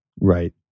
Right